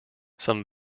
some